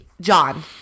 John